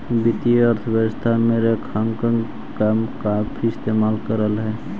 वित्तीय अर्थशास्त्र में रेखांकन का काफी इस्तेमाल करल जा हई